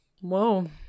Whoa